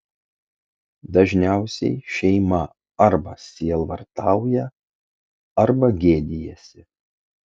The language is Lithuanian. dažniausiai šeima arba sielvartauja arba gėdijasi